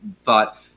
thought